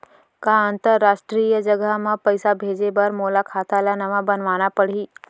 का अंतरराष्ट्रीय जगह म पइसा भेजे बर मोला खाता ल नवा बनवाना पड़ही?